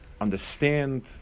understand